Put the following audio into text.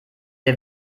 der